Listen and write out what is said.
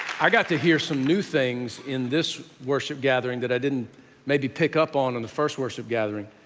i got to hear some new things in this worship gathering that i didn't maybe pick up on in the first worship gathering.